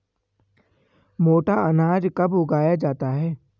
मोटा अनाज कब उगाया जाता है?